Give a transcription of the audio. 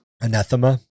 Anathema